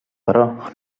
però